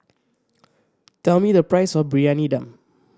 tell me the price of Briyani Dum